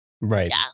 Right